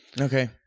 Okay